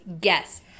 Guess